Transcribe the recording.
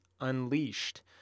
unleashed